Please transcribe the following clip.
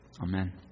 Amen